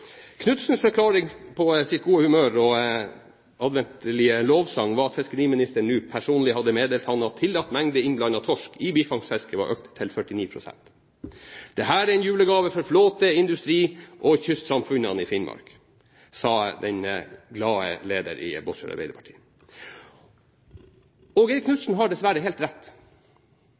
forklaring på sitt gode humør og adventlige lovsang var at fiskeriministeren nå personlig hadde meddelt ham at tillatt mengde innblandet torsk i bifangstfisket var økt til 49 pst. Dette er en julegave for flåte, industri og kystsamfunnene i Finnmark, sa den glade leder i Båtsfjord Arbeiderparti. Og Knutsen har dessverre helt rett.